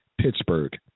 Pittsburgh